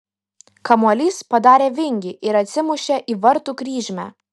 kamuolys padarė vingį ir atsimušė į vartų kryžmę